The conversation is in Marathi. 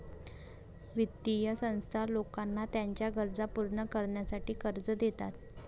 वित्तीय संस्था लोकांना त्यांच्या गरजा पूर्ण करण्यासाठी कर्ज देतात